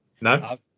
no